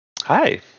Hi